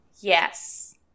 Yes